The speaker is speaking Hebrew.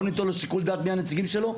לא ניתן לו שיקול דעת מי הנציגים שלו?